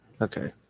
Okay